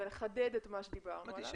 ומחדד את מה שהגענו אליו.